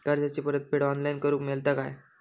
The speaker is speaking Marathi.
कर्जाची परत फेड ऑनलाइन करूक मेलता काय?